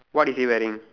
what is he wearing